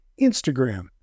Instagram